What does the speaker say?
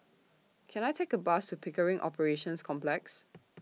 Can I Take A Bus to Pickering Operations Complex